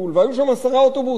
והיו שם עשרה אוטובוסים,